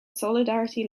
solidarity